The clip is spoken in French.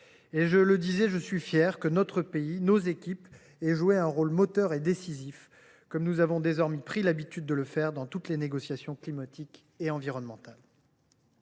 je le soulignais, je suis fier que notre pays, que nos agents, aient joué un rôle moteur et décisif, comme nous en avons désormais pris l’habitude dans toutes les négociations climatiques et environnementales.